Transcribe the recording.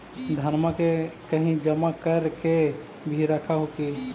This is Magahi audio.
धनमा के कहिं जमा कर के भी रख हू की?